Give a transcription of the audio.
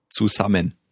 zusammen